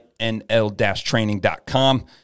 nl-training.com